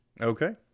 Okay